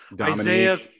isaiah